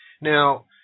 Now